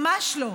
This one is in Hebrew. ממש לא.